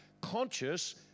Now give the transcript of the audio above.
conscious